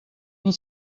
myn